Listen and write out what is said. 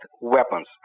weapons